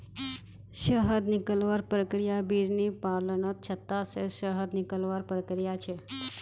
शहद निकलवार प्रक्रिया बिर्नि पालनत छत्ता से शहद निकलवार प्रक्रिया छे